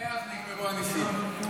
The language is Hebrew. ומאז נגמרו הניסים.